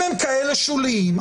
אם הם כאלה שוליים,